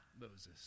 Moses